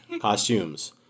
Costumes